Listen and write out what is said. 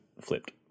flipped